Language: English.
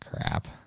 crap